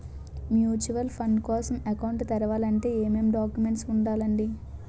Mutual fund కోసం account తెరవాలంటే ఏమేం డాక్యుమెంట్లు ఉండాలండీ?